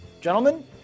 Gentlemen